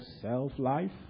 self-life